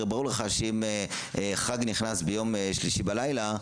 הרי ברור לך שאם החג נכנס ביום שלישי בלילה,